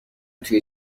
توی